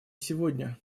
сегодня